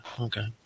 Okay